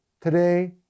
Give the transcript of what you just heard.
Today